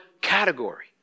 category